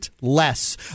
less